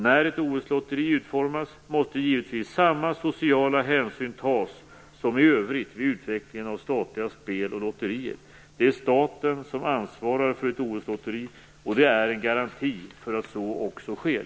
När ett OS-lotteri utformas måste givetvis samma sociala hänsyn tas som i övrigt vid utvecklingen av statliga spel och lotterier. Det är staten som ansvarar för ett OS-lotteri, och det är en garanti för att så också sker.